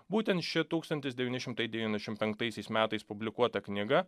būtent ši tūkstantis devyni šimtai devyniasdešimt penktaiaisiais metais publikuota knyga